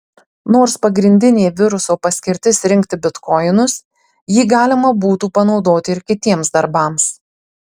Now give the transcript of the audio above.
nors pagrindinė viruso paskirtis rinkti bitkoinus jį galima būtų panaudoti ir kitiems darbams